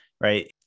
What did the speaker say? right